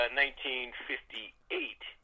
1958